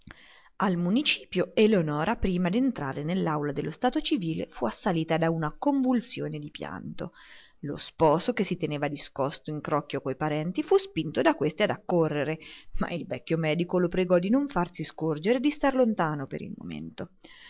al municipio eleonora prima d'entrare nell'aula dello stato civile fu assalita da una convulsione di pianto lo sposo che si teneva discosto in crocchio coi parenti fu spinto da questi ad accorrere ma il vecchio medico lo pregò di non farsi scorgere di star lontano per il momento